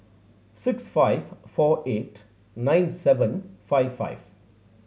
six five four eight nine seven five five